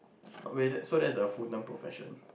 wait that so that's a full time profession